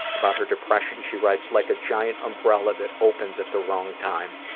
about her depression she writes like a giant umbrella that opens at the wrong time.